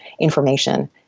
information